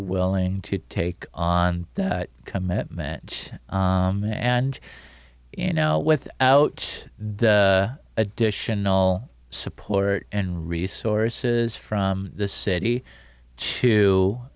willing to take on that commitment and you know without the additional support and resources from the city to